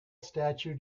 statue